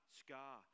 scar